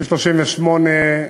כביש 38,